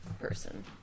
person